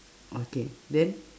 okay then